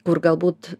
kur galbūt